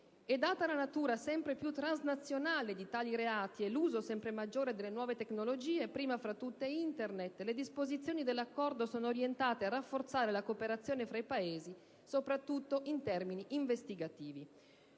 Data la natura sempre più transnazionale di tali reati e l'uso sempre maggiore delle nuove tecnologie, prima fra tutte Internet, le disposizioni dell'Accordo sono orientate a rafforzare la cooperazione fra i Paesi, soprattutto in termini investigativi.